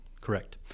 Correct